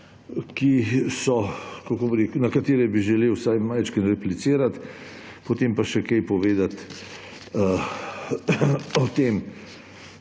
na katere bi želel vsaj majčkeno replicirati, potem pa še kaj povedati o tem,